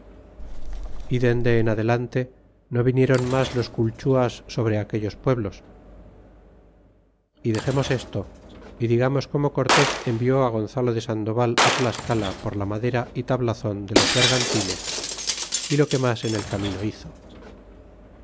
y dende en adelante no vinieron mas los culchuas sobre aquellos pueblos y dexemos esto y digamos como cortes envió gonzalo de sandoval tlascala por la madera y tablazon de los vergantines y lo que mas en el camino hizo